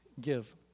give